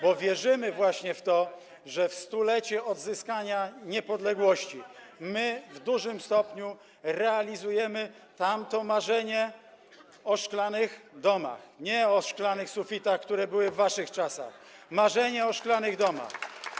Bo wierzymy właśnie w to, że w stulecie odzyskania niepodległości my w dużym stopniu realizujemy tamto marzenie o szklanych domach, nie o szklanych sufitach, które były w waszych czasach, tylko marzenie o szklanych domach.